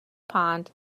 pond